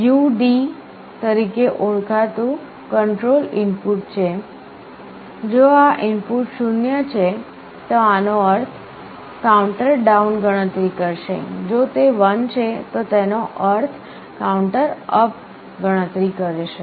U D તરીકે ઓળખાતું control input છે જો આ ઇનપુટ 0 છે તો આનો અર્થ કાઉન્ટર ડાઉન ગણતરી કરશે જો તે 1 છે તો તેનો અર્થ કાઉન્ટર અપ ગણતરી કરશે